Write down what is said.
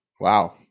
Wow